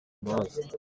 imbabazi